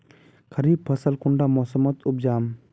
खरीफ फसल कुंडा मोसमोत उपजाम?